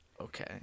Okay